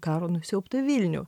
karo nusiaubtą vilnių